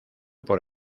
por